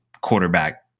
quarterback